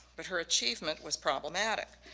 but her achievement was problematic.